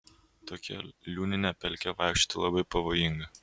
tokia liūnine pelke vaikščioti labai pavojinga